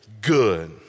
good